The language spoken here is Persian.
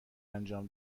انجام